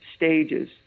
stages